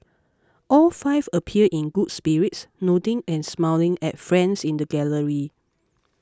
all five appeared in good spirits nodding and smiling at friends in the gallery